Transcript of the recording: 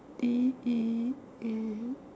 D E N